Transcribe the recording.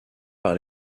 par